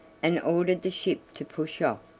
and ordered the ship to push off.